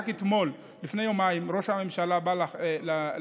רק אתמול, לפני יומיים, ראש הממשלה בא לאירוע